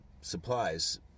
supplies